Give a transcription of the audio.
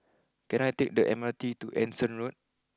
can I take the M R T to Anson Road